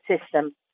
system